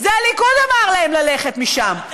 זה הליכוד אמר להם ללכת משם.